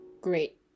great